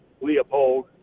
Leopold